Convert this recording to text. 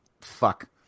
Fuck